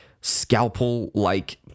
scalpel-like